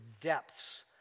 depths